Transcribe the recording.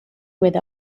with